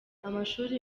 amashuri